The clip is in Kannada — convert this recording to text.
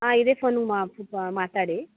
ಹಾಂ ಇದೇ ಫೋನು ಮಾ ಮಾತಾಡಿ